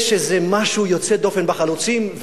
יש איזה משהו יוצא דופן בחלוצים,